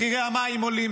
מחירי המים עולים,